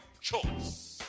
choice